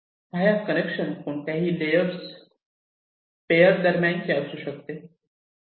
via connection कोणत्याही layers pair दरम्यानचे असू शकते